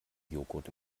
joghurt